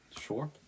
Sure